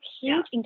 huge